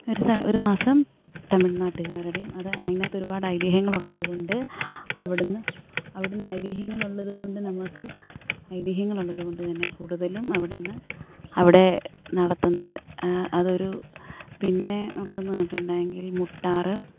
ഒരു ഒരു മാസം തമിഴ്നാട്ടുകാരുടെയും അത് അതിനകത്ത് ഒരുപാട് ഐതിഹ്യങ്ങളുള്ളത് കൊണ്ട് അവിടുന്ന് അവിടുന്ന് ഐതിഹ്യങ്ങൾ ഉള്ളതുകൊണ്ട് നമുക്ക് ഐതിഹ്യങ്ങൾ ഉള്ളതുകൊണ്ട് തന്നെ കൂടുതലും അവിടുന്ന് അവിടെ നടത്തുന്നത് അതൊരു പിന്നെ ഉള്ളതെന്ന് പറഞ്ഞിട്ടുണ്ടെങ്കിൽ മുട്ടാറ്